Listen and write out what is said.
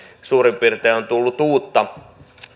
suurin piirtein noin puolet on tullut uutta